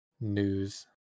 news